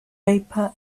vapor